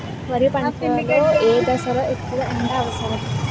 వరి పంట లో ఏ దశ లొ ఎక్కువ ఎండా అవసరం?